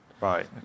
right